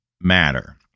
matter